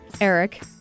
Eric